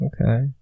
Okay